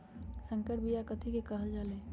संकर बिया कथि के कहल जा लई?